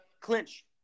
clinch